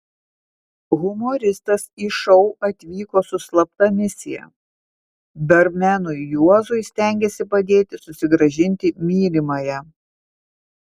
humoristas į šou atvyko su slapta misija barmenui juozui stengėsi padėti susigrąžinti mylimąją